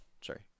Sorry